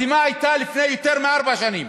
החתימה הייתה לפני יותר מארבע שנים,